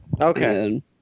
Okay